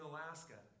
Alaska